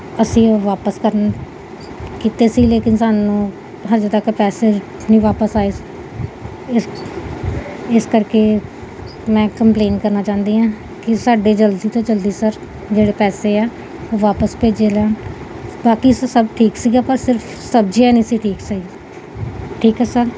ਅਸੀਂ ਉਹ ਵਾਪਸ ਕਰਨ ਕੀਤੇ ਸੀ ਲੇਕਿਨ ਸਾਨੂੰ ਹਜੇ ਤੱਕ ਪੈਸੇ ਨਹੀਂ ਵਾਪਸ ਆਏ ਇਸ ਇਸ ਕਰਕੇ ਮੈਂ ਕੰਪਲੇਨ ਕਰਨਾ ਚਾਹੁੰਦੀ ਹਾਂ ਕਿ ਸਾਡੇ ਜਲਦੀ ਤੋਂ ਜਲਦੀ ਸਰ ਜਿਹੜੇ ਪੈਸੇ ਆ ਉਹ ਵਾਪਸ ਭੇਜੇ ਲੈਣ ਬਾਕੀ ਸਰ ਸਭ ਠੀਕ ਸੀਗਾ ਆਪਾਂ ਸਿਰਫ ਸਬਜ਼ੀਆਂ ਨਹੀਂ ਸੀ ਠੀਕ ਸਹੀ ਠੀਕ ਹੈ ਸਰ